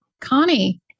Connie